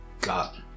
got